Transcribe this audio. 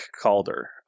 Calder